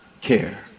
care